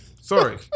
Sorry